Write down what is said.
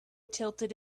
tilted